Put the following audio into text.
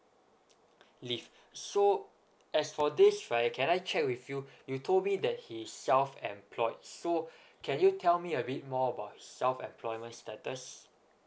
leave so as for this right can I check with you you told me that he is self employed so can you tell me a bit more about self employment status